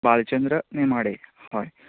Bhalchandra Nemade